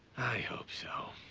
i hope so.